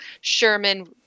Sherman